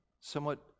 somewhat